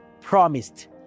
promised